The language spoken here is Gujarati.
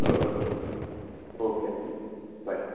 બરોબર ઓકે થેંક્યું બાય